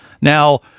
Now